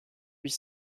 huit